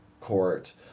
court